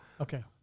Okay